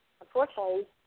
unfortunately